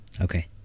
Okay